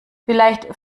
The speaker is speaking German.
vielleicht